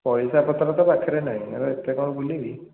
ପଇସାପତ୍ର ତ ପାଖରେ ନାହିଁ ଆଉ ଏତେ କ'ଣ ବୁଲିବି